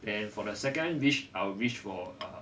then for the second wish I'll wish for err